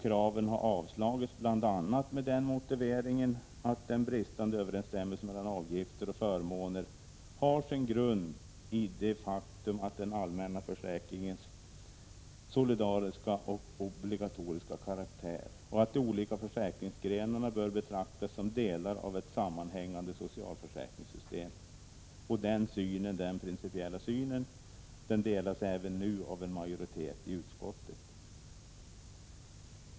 Kraven har avslagits bl.a. med den motiveringen att den bristande överensstämmelsen mellan avgifter och förmåner har sin grund i den allmänna försäkringens solidariska och obligatoriska karaktär och att de olika försäkringsgrenarna bör betraktas som delar av ett sammanhängande socialförsäkringssystem. Denna principiella syn delas även nu av en majoritet i utskottet.